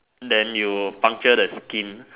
then you puncture the skin